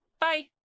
Bye